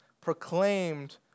proclaimed